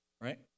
right